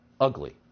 ugly